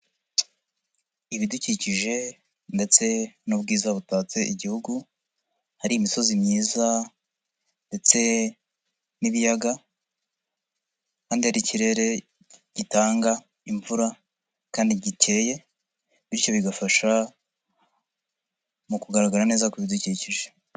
Ibidukikije ndetse n'ubwiza butatse igihugu, hari imisozi myiza ndetse n'ibiyaga kandi hari ikirere gitanga imvura kandi gikeye bityo bigafasha mu kugaragara neza ku bidukikije.